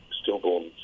stillborn